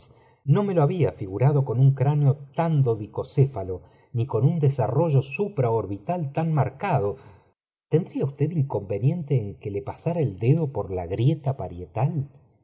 no me k había figurado con un cráneo tan dodicocéfalo ni con un desarrollo supraorbital tan rnarc cado tendría usted inconveniente en que le pasara el dedo por la grieta parietal